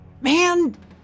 man